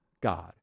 God